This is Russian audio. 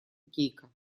гейка